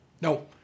No